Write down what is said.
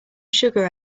sugar